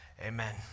amen